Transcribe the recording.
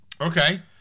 Okay